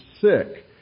sick